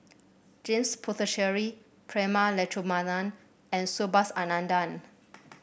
James Puthucheary Prema Letchumanan and Subhas Anandan